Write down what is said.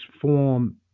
form